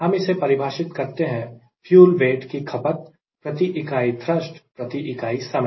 हम इसे परिभाषित करते हैं फ्यूल वेट की खपत प्रति इकाई थ्रस्ट प्रति इकाई समय